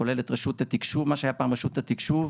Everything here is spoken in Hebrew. שכולל את מה שהיה פעם רשות התקשוב,